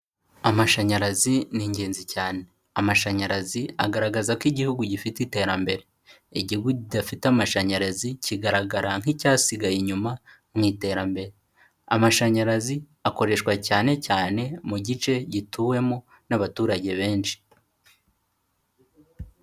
Amashanyarazi ni ingenzi cyane. amashanyarazi agaragaza ko igihugu gifite iterambere. Igihugu kidafite amashanyarazi, kigaragara nk'icyasigaye inyuma mu iterambere. Amashanyarazi akoreshwa cyane cyane mu gice gituwemo n'abaturage benshi.